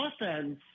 offense